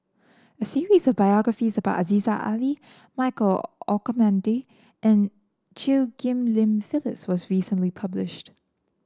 a series of biographies about Aziza Ali Michael Olcomendy and Chew Ghim Lian Phyllis was recently published